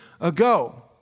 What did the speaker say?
ago